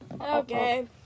Okay